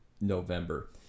November